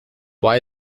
why